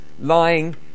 lying